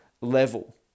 level